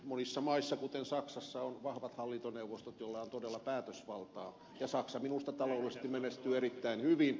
monissa maissa kuten saksassa on vahvat hallintoneuvostot joilla on todella päätösvaltaa ja saksa minusta taloudellisesti menestyy erittäin hyvin